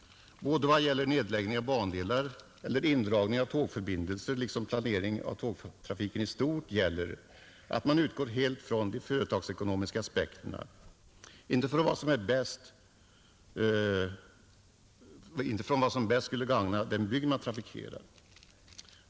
Både vad gäller nedläggning av bandelar, indragning av tågförbindelser och planering av tågtrafiken i stort gäller att man utgår helt från de företagsekonomiska aspekterna, inte från vad som bäst skulle gagna den bygd man trafikerar.